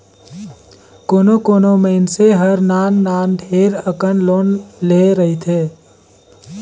कोनो कोनो मइनसे हर नान नान ढेरे अकन लोन लेहे रहथे